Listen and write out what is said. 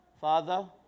Father